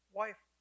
wife